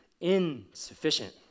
insufficient